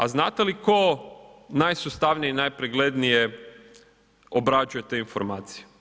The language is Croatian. A znate li tko najsustavnije i najpreglednije obrađuje te informacije?